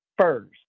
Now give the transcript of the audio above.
first